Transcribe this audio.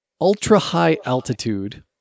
ultra-high-altitude